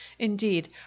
indeed